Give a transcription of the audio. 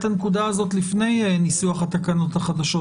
הנקודה הזאת לפני ניסוח התקנות החדשות,